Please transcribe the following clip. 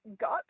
got